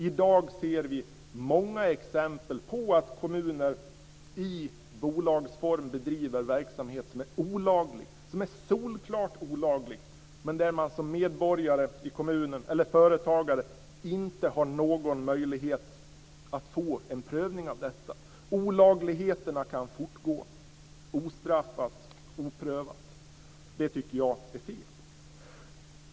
I dag ser vi många exempel på att kommuner i bolagsform bedriver verksamhet som är solklart olaglig, men där man som företagare i kommunen inte har någon möjlighet att få en prövning av detta. Olagligheterna kan fortgå ostraffat, oprövat. Det tycker jag är fel.